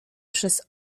przez